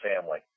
family